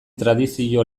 tradizio